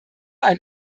ein